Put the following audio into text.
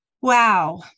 Wow